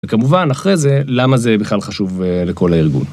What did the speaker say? וכמובן אחרי זה, למה זה בכלל חשוב לכל הארגון.